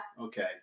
Okay